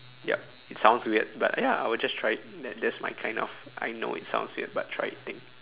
yup it sounds weird but ya I will just try it that that's my kind of I know it sounds weird but try it thing